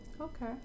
Okay